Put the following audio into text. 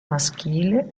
maschile